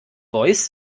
voice